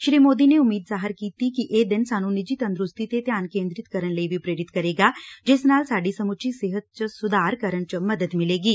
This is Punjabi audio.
ਸ੍ਰੀ ਮੋਦੀ ਨੇ ਉਮੀਦ ਜ਼ਾਹਿਰ ਕੀਤੀ ਕਿ ਇਹ ਦਿਨ ਸਾਨੁੰ ਨਿੱਜੀ ਤੰਦਰੁਸਤੀ ਤੇ ਧਿਆਨ ਕੇਂਦਰਿਤ ਕਰਨ ਲਈ ਵੀ ਪ੍ਰੇਰਿਤ ਕਰੇਗਾ ਜਿਸ ਨਾਲ ਸਾਡੀ ਸਮੁੱਚੀ ਸਿਹਤ ਚ ਸੁਧਾਰ ਕਰਨ ਚ ਮਦਦ ਮਿਲੇਗੀ